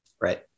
Right